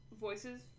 Voices